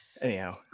anyhow